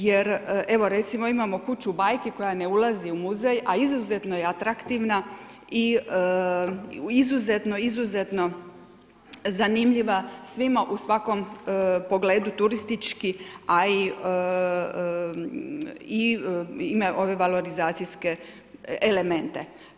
Jer recimo, imamo kuću bajke koja ne ulazi u muzej a izuzetno je atraktivna i izuzetno zanimljiva svima u svakom pogledu turistički a i ima ove valorizacijske elemente.